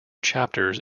chapters